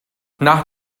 nach